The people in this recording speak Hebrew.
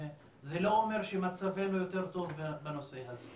זה לא אומר שמצבנו יותר טוב בנושא הזה.